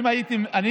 אנחנו לא צועקים.